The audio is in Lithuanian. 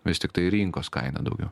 vis tiktai rinkos kainą daugiau